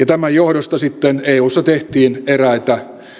tämän johdosta sitten eussa tehtiin eräitä